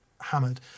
hammered